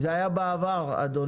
זה היה בעבר, אדוני.